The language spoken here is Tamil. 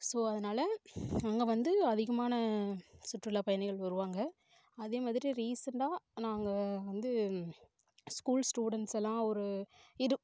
ஸோ அதனால அங்கே வந்து அதிகமான சுற்றுலா பயணிகள் வருவாங்க அதே மாதிரி ரீசெண்டாக நாங்கள் வந்து ஸ்கூல் ஸ்டூடண்ஸ்ஸெல்லாம் ஒரு இரு